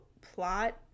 plot